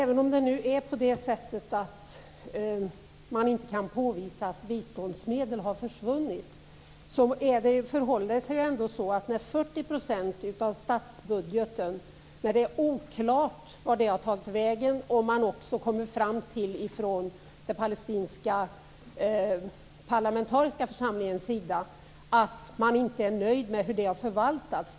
Herr talman! Även om man nu inte kan påvisa att biståndsmedel har försvunnit är det oklart var 40 % av statsbudgeten har tagit vägen. Den palestinska parlamentariska församlingen har också kommit fram till att man inte är nöjd med förvaltningen.